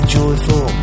joyful